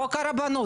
חוק הרבנות,